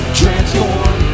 transform